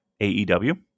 AEW